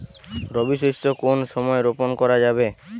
রবি শস্য কোন সময় রোপন করা যাবে?